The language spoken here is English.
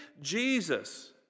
Jesus